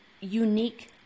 unique